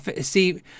See